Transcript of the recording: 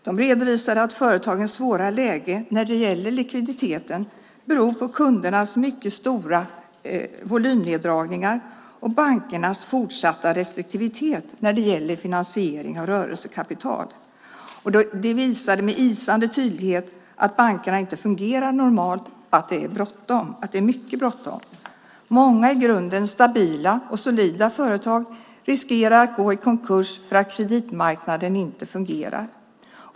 De redovisade att företagens svåra läge när det gäller likviditeten beror på kundernas mycket stora volymneddragningar och bankernas fortsatta restriktivitet när det gäller finansiering av rörelsekapital. De visade med isande tydlighet att bankerna inte fungerar normalt och att det är mycket bråttom. Många i grunden stabila och solida företag riskerar att gå i konkurs för att kreditmarknaden inte fungerar.